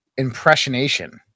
impressionation